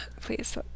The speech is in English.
please